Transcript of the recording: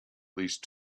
least